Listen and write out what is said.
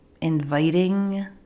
inviting